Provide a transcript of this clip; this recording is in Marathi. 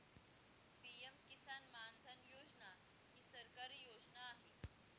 पी.एम किसान मानधन योजना ही सरकारी योजना आहे